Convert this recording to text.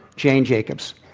jane jacobs.